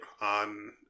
on